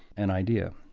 an idea.